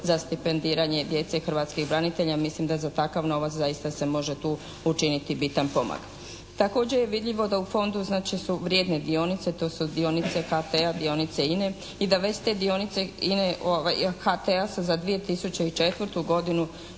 za stipendiranje djece hrvatskih branitelja. Mislim da za takav novac zaista se može tu učiniti bitan pomak. Također je vidljivo da u Fondu znači su vrijedne dionice, to su dionice HT-a, dionice INA-e i da već te dionice HT-a se za 2004. godinu